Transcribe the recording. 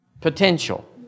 potential